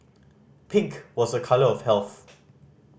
pink was a colour of health